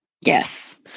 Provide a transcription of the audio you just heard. Yes